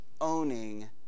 owning